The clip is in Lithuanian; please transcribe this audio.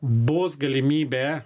bus galimybė